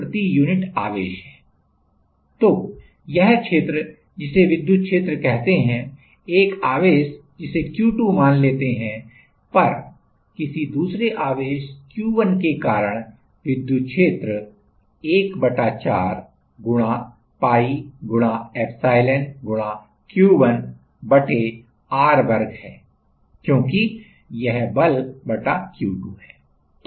तो यह क्षेत्र जिसे विद्युत क्षेत्र कहते हैं एक आवेश जिसे Q2मान लेते हैं पर किसी दूसरे आवेश Q1 के कारण विद्युत क्षेत्र ¼piepsilon Q1 r2 है क्योंकि यह बल बटा Q2 है